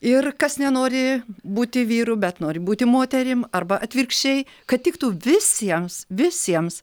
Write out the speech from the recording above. ir kas nenori būti vyru bet nori būti moterim arba atvirkščiai kad tiktų visiems visiems